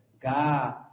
God